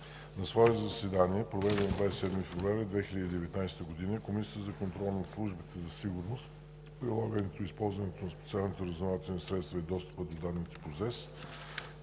На свое заседание, проведено на 27 февруари 2019 г., Комисията за контрол над службите за сигурност, прилагането и използването на специалните разузнавателни средства и достъпа до данните по